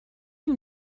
you